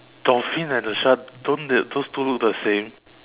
dolphin and a shark don't they those two look the same